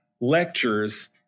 lectures